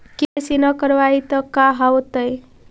KYC न करवाई तो का हाओतै?